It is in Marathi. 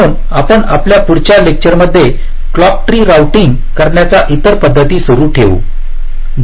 म्हणून आपण आपल्या पुढच्या लेक्चर मध्ये क्लॉक ट्री रोऊटिंग करण्याच्या इतर पद्धती सुरू ठेवू